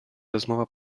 rozmowa